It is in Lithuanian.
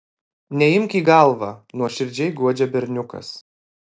neimk į galvą nuoširdžiai guodžia berniukas